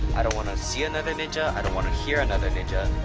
i don't want to see another ninja. i don't want to hear another ninja.